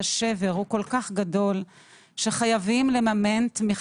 השבר הוא כל כך גדול שחייבים לממן תמיכה.